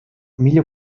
meglio